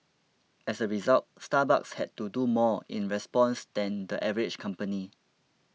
as a result Starbucks had to do more in response than the average company